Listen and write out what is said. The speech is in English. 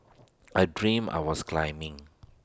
I dreamt I was climbing